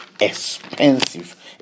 Expensive